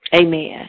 Amen